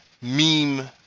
meme